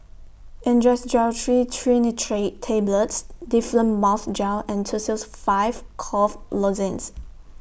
Angised Glyceryl Trinitrate Tablets Difflam Mouth Gel and Tussils five Cough Lozenges